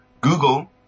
Google